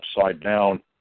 upside-down